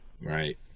Right